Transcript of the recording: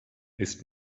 ist